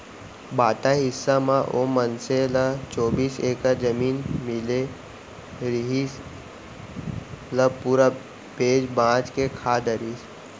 बांटा हिस्सा म ओ मनसे ल चौबीस एकड़ जमीन मिले रिहिस, ल पूरा बेंच भांज के खा डरिस